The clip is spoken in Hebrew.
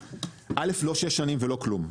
קודם כל לא שש שנים ולא כלום,